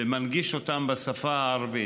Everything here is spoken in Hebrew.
ומנגיש אותן בשפה הערבית.